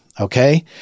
Okay